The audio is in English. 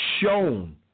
shown